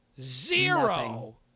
zero